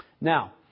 Now